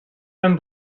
beim